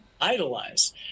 idolize